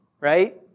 right